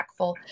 impactful